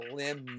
limb